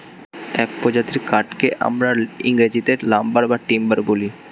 এক প্রজাতির কাঠকে আমরা ইংরেজিতে লাম্বার বা টিম্বার বলি